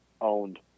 owned